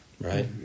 right